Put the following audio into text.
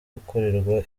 gukorerwa